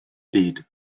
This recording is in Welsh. byd